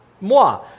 Moi